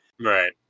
Right